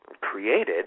created